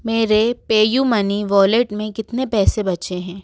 मेरे PayU money wallet में कितने पैसे बचे हैं